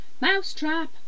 Mousetrap